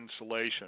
insulation